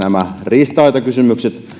riistanhoitokysymykset